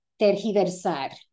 tergiversar